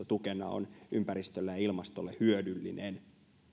tukena on ympäristölle ja ilmastolle hyödyllinen